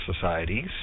societies